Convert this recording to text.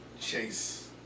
chase